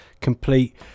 complete